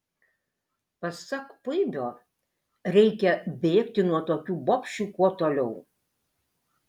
pasak puibio reikia bėgti nuo tokių bobšių kuo toliau